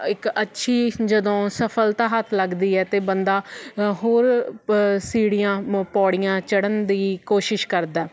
ਇੱਕ ਅੱਛੀ ਜਦੋਂ ਸਫਲਤਾ ਹੱਥ ਲੱਗਦੀ ਹੈ ਅਤੇ ਬੰਦਾ ਹੋਰ ਸੀੜੀਆਂ ਪੌੜੀਆਂ ਚੜ੍ਹਨ ਦੀ ਕੋਸ਼ਿਸ਼ ਕਰਦਾ